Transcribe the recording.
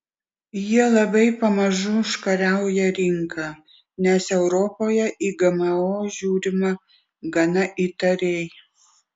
jie labai pamažu užkariauja rinką nes europoje į gmo žiūrima gana įtariai